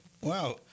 Wow